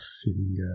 feeling